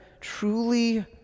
truly